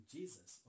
Jesus